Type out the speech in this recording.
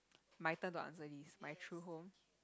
my turn to answer this my true home